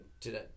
today